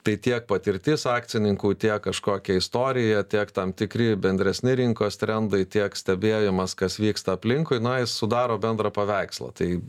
tai tiek patirtis akcininkų tiek kažkokia istorija tiek tam tikri bendresni rinkos trendai tiek stebėjimas kas vyksta aplinkui na sudaro bendrą paveikslą tai